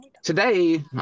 Today